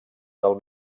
del